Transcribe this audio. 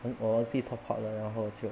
偶尔要去 top up then 然后就